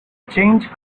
change